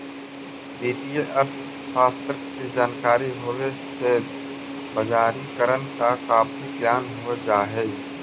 वित्तीय अर्थशास्त्र की जानकारी होवे से बजारिकरण का काफी ज्ञान हो जा हई